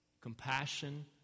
compassion